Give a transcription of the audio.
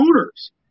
owners